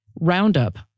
Roundup